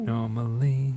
Normally